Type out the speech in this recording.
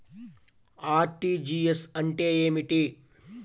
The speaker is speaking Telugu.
అర్.టీ.జీ.ఎస్ అంటే ఏమిటి?